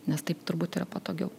nes taip turbūt yra patogiau